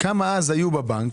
היו בבנק